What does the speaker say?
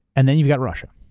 and then you're got russia.